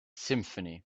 symphony